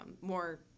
more